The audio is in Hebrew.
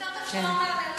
יותר טוב שלא נענה לך.